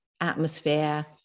atmosphere